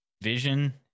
vision